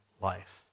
life